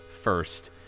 first